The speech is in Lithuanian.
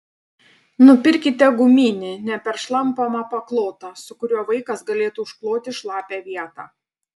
nupirkite guminį neperšlampamą paklotą su kuriuo vaikas galėtų užkloti šlapią vietą